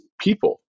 people